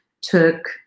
took